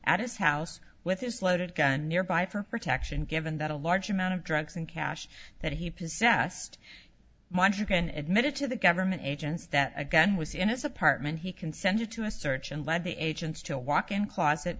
at his house with his loaded gun nearby for protection given that a large amount of drugs and cash that he possessed admitted to the government agents that a gun was in his apartment he consented to a search and led the agents to a walk in closet